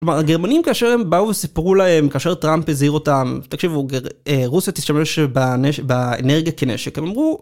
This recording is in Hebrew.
גרמנים כאשר הם באו וסיפרו להם כאשר טראמפ הזהיר אותם תקשיבו רוסיה תשתמש באנרגיה כנשק אמרו